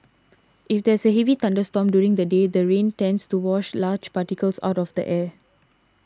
if there's a heavy thunderstorm during the day the rains tends to wash large particles out of the air